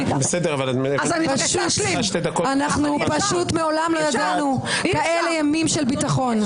מעולם לא ידענו כאלה ימים של ביטחון.